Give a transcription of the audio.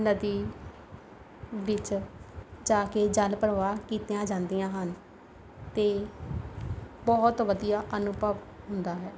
ਨਦੀ ਵਿੱਚ ਜਾ ਕੇ ਜਲ ਪ੍ਰਵਾਹ ਕੀਤੀਆਂ ਜਾਂਦੀਆਂ ਹਨ ਅਤੇ ਬਹੁਤ ਵਧੀਆ ਅਨੁਭਵ ਹੁੰਦਾ ਹੈ